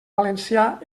valencià